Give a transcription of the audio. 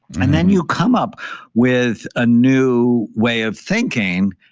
and then, you come up with a new way of thinking.